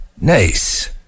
Nice